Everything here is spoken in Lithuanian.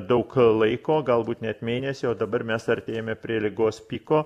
daug laiko galbūt net mėnesį o dabar mes artėjame prie ligos pyko